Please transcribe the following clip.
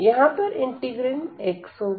यहां पर integrand x होगा